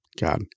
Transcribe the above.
God